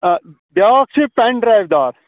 آ بیٛاکھ چھُ پٮ۪ن ڈرٛایِو دار